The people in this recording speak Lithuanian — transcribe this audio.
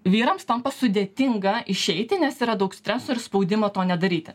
vyrams tampa sudėtinga išeiti nes yra daug streso ir spaudimo to nedaryti